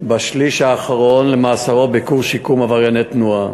בשליש האחרון למאסרו בקורס שיקום עברייני תנועה.